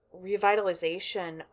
revitalization